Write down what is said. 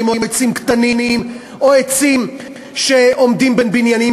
או עצים קטנים או עצים שעומדים בין בניינים.